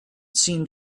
seemed